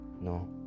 no